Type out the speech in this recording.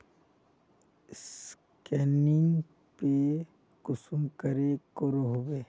Scanning पे कुंसम करे करो होबे?